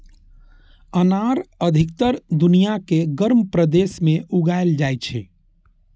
अनार अधिकतर दुनिया के गर्म प्रदेश मे उगाएल जाइ छै